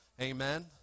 Amen